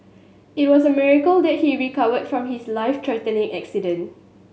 it was a miracle that he recovered from his life threatening accident